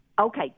Okay